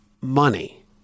money